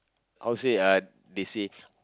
how to say uh they say